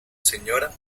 sra